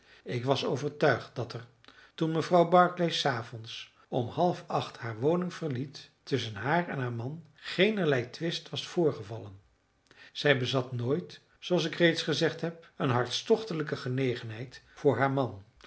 ik was overtuigd dat er toen mevrouw barclay s avonds om half acht haar woning verliet tusschen haar en haar man geenerlei twist was voorgevallen zij bezat nooit zooals ik reeds gezegd heb een hartstochtelijke genegenheid voor haar man